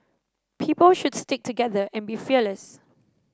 people should stick together and be fearless